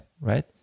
Right